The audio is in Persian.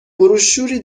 بروشوری